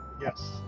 yes